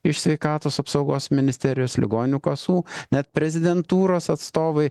iš sveikatos apsaugos ministerijos ligonių kasų net prezidentūros atstovai